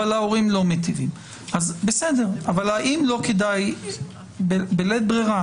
אבל ההורים לא מיטיבים האם לא כדאי בלית ברירה